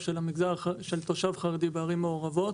של תושב חרדי בערים מעורבות.